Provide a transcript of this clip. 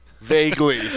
vaguely